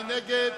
מי נגד?